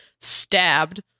stabbed